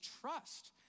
trust